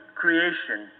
creation